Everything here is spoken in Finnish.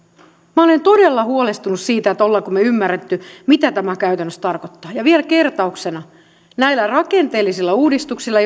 minä olen todella huolestunut siitä olemmeko me ymmärtäneet mitä tämä käytännössä tarkoittaa vielä kertauksena näillä rakenteellisilla uudistuksilla